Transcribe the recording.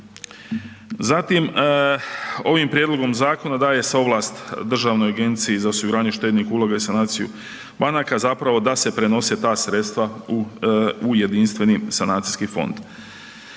Zatim ovim prijedlogom zakona daje se ovlast Državnoj agenciji za osiguranje štednih uloga i sanaciju banaka zapravo da se prenose ta sredstva u jedinstveni sanacijski fond.